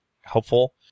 helpful